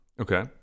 Okay